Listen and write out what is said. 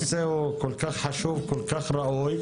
הנושא הוא כל כך חשוב, כל כך ראוי.